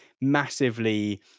massively